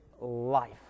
life